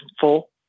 full